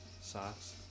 Socks